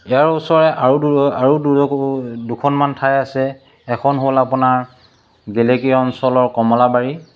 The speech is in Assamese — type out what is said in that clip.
ইয়াৰ ওচৰে আৰু দূৰৰ আৰু দূৰৰ ক'বলৈ গ'লে দুখনমান ঠাই আছে এখন হ'ল আপোনাৰ গেলেকীয়া অঞ্চলৰ কমলাবাৰী